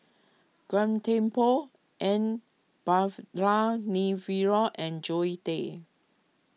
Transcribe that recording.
Gan Thiam Poh N and Zoe Tay